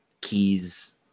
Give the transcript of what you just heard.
keys